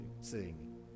sing